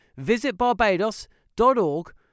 visitbarbados.org